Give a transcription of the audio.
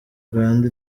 uganda